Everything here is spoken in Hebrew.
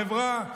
חברה,